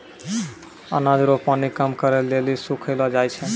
अनाज रो पानी कम करै लेली सुखैलो जाय छै